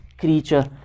Creature